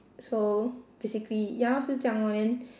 so basically ya lor 就这样 lor then